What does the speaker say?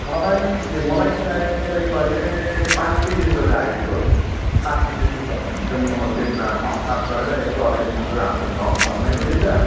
मलाई चाहिँ मलाई चाहिँ चाहिएको तपाईँको अहिले पाँच केजी जस्तो चाइएको पाँच केजी जस्तो छ भने चाहिँ म त्यसमा थपथाप गरेर यसो अलिक फाल्टो हाम्रो घरमै पनि छ